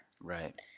right